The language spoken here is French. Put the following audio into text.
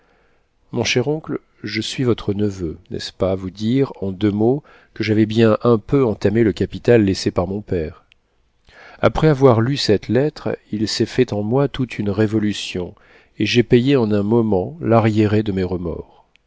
mon cher oncle je suis votre neveu n'est-ce pas vous dire en deux mots que j'avais bien un peu entamé le capital laissé par mon père après avoir lu cette lettre il s'est fait en moi toute une révolution et j'ai payé en un moment l'arriéré de mes remords